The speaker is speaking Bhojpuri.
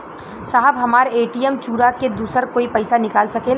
साहब हमार ए.टी.एम चूरा के दूसर कोई पैसा निकाल सकेला?